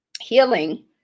healing